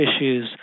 issues